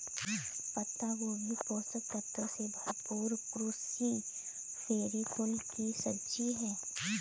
पत्ता गोभी पोषक तत्वों से भरपूर क्रूसीफेरी कुल की सब्जी है